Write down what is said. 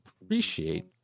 appreciate